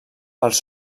pels